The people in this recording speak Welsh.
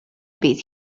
bydd